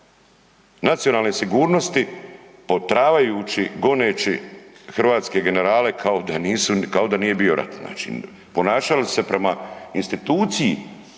nacionalne sigurnosti … goneći hrvatske generale kao da nije bio rat. Znači, ponašali su se prema instituciji